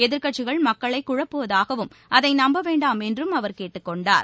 எதிர்க்கட்சிகள் மக்களை குழப்புவதாகவும் அதை நம்ப வேண்டாம் என்றும் அவர் கேட்டுக் கொண்டார்